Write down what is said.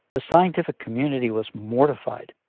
the scientific community was mortified.